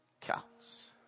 counts